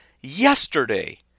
yesterday